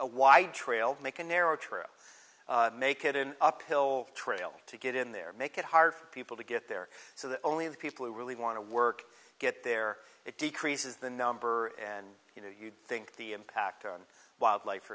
a wide trail make a narrow trail make it in uphill trail to get in there make it harder for people to get there so that only the people who really want to work get there it decreases the number and you know you'd think the impact on wildlife